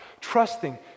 trusting